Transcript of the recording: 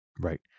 right